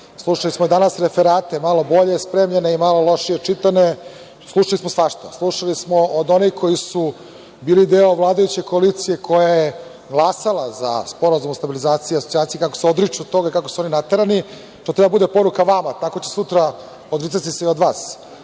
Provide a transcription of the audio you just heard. Slušali smo danas referate, malo bolje spremljene i malo lošije čitane, slušali smo svašta. Slušali smo od onih koji su bili deo vladajuće koalicije koja je glasala za SSP kako se odriču toga, kako su oni naterani. To treba da bude poruka vama, kako će se sutra odricati i od vas,